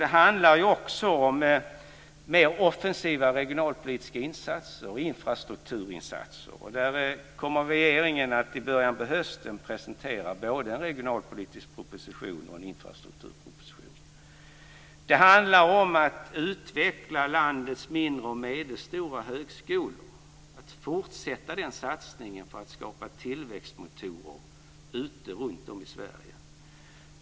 Det handlar också om mer offensiva regionalpolitiska insatser och infrastrukturinsatser. Där kommer regeringen i början på hösten att presentera både en regionalpolitisk proposition och en infrastrukturproposition. Det handlar om att utveckla landets mindre och medelstora högskolor och fortsätta satsningen att skapa tillväxtmotorer runtom i Sverige.